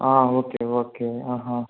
okay okay ఆహా